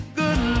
good